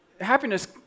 happiness